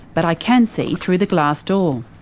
but i can see through the glass door.